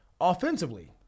Offensively